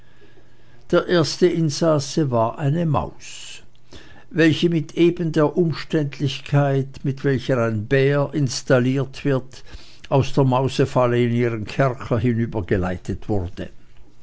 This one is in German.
der erste insasse war eine maus welche mit eben der umständlichkeit mit welcher ein bär installiert wird aus der mausefalle in ihren kerker hinübergeleitet wurde